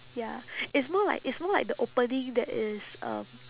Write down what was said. ya it's more like it's more like the opening that is um